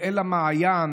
שלך.